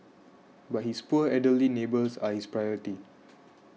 but his poor elderly neighbours are his priority